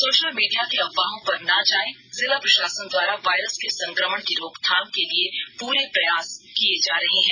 social media के अफवाहों पर ना जाए जिला प्रशासन द्वारा वायरस के संक्रमण की रोकथाम के लिए पूरे प्रयास किए जा रहे हैं